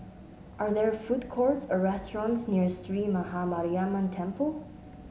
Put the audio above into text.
are there food courts or restaurants near Sree Maha Mariamman Temple